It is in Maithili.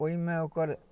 ओहिमे ओकर